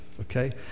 okay